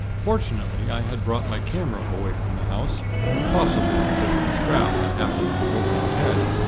fortunately, i had brought my camera away from the house possibly because the strap had happened to be over my head.